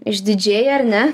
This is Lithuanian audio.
išdidžiai ar ne